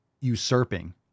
usurping